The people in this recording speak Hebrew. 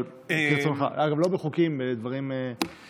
אבל כרצונך, אגב, לא בחוקים, בדברים לא קשורים.